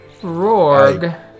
Rorg